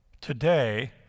Today